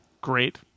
Great